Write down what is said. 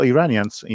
Iranians